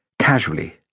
casually